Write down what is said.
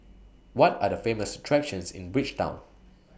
What Are The Famous attractions in Bridgetown